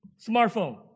smartphone